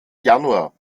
januar